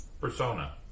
persona